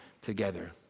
together